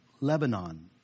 Lebanon